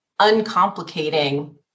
uncomplicating